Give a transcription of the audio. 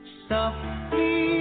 softly